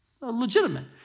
Legitimate